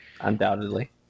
Undoubtedly